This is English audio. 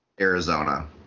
Arizona